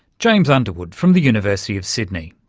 james underwood from the university of sydney.